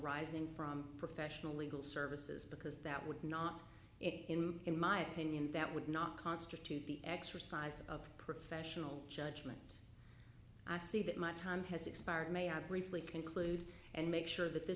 rising from professional legal services because that would not in my opinion that would not constitute the exercise of professional judgment i see that my time has expired may i briefly conclude and make sure that